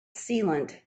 sealant